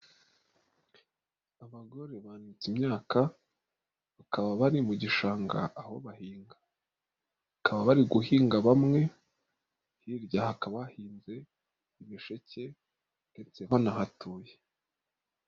Abagore banitse imyaka, bakaba bari mu gishanga aho bahinga, bakaba bari guhinga bamwe, hirya hakaba bahinze ibisheke ndetse banahatuye.